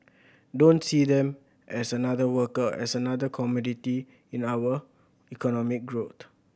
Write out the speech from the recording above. don't see them as another worker as another commodity in our economic growth